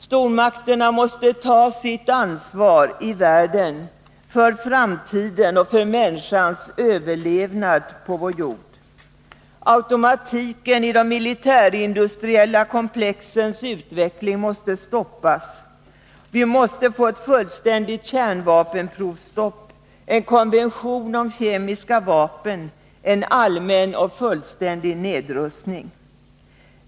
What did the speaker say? Stormakterna måste ta sitt ansvar i världen — för framtiden och för människans överlevnad på jorden. Automatiken i de militärindustriella komplexens utveckling måste stoppas. Vi måste få ett fullständigt kärnvapenprovstopp, en konvention om kemiska vapen, en allmän och fullständig nedrustning.